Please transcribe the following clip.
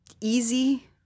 easy